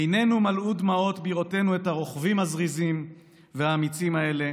עינינו מלאו דמעות בראותנו את הרוכבים הזריזים והאמיצים האלה,